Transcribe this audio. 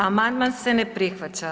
Amandman se ne prihvaća.